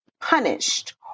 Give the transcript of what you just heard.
punished